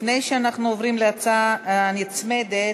לפני שאנחנו עוברים להצעה המוצמדת,